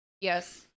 Yes